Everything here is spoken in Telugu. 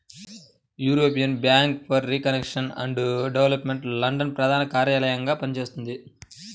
European bank for reconstruction and development London ప్రధాన కార్యాలయంగా పనిచేస్తున్నది